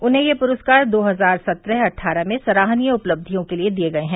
उन्हें ये प्रस्कार दो हजार सत्रह अट्ठारह में सराहनीय उपलब्धियों के लिए दिए गए हैं